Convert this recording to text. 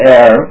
Air